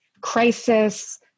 crisis